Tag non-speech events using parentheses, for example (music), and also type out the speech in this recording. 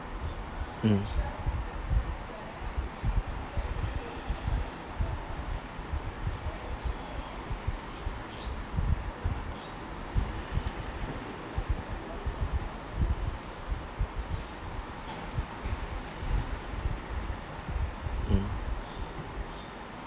(noise) um (noise) um